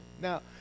Now